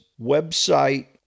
website